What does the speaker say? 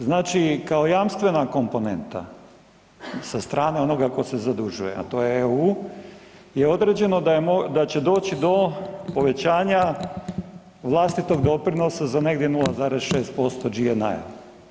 Znači kao jamstvena komponenta sa strane onoga tko se zadužuje, a to je EU je određeno da će doći do povećanja vlastitog doprinosa za negdje 0,6% GNI.